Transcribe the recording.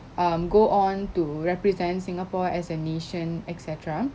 um go on to represent singapore as a nation et cetera